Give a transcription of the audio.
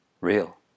real